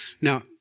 Now